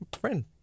friend